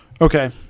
Okay